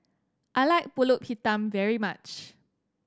I like Pulut Hitam very much